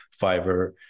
Fiverr